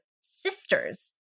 sisters